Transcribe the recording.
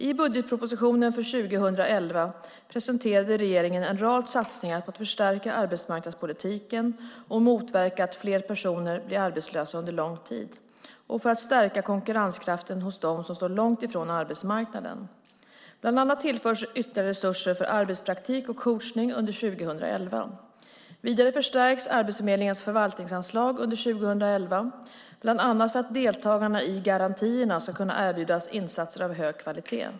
I budgetpropositionen för 2011 presenterade regeringen en rad satsningar för att förstärka arbetsmarknadspolitiken och motverka att fler personer blir arbetslösa under lång tid och för att stärka konkurrenskraften hos dem som står långt från arbetsmarknaden. Bland annat tillförs ytterligare resurser för arbetspraktik och coachning under 2011. Vidare förstärks Arbetsförmedlingens förvaltningsanslag under 2011, bland annat för att deltagarna i garantierna ska kunna erbjudas insatser av hög kvalitet.